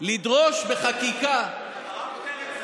לדרוש בחקיקה, הרב פרץ,